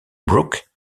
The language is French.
brook